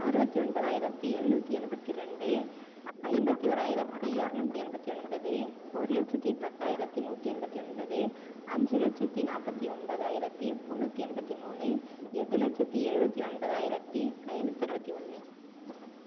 அறுபத்தி ஒன்பதாயிரத்து எண்ணுற்றி எண்பத்து ரெண்டு ஐம்பத்து ஓராயிரத்து இரநுத்தி எண்பத்து ஒன்பது ஒரு லட்சத்து பத்தாயிரத்து நூற்றி எண்பத்து ஒன்பது அஞ்சு லட்சத்து நாப்பத்து ஒன்பதாயிரத்து முந்நுற்றி எண்பத்து மூணு எட்டு லட்சத்து எழுபத்தி ஒன்பதாயிரத்து ஐநுற்றி இருபத்தி ஒன்று